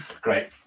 great